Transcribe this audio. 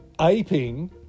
aping